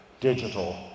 Digital